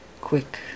quick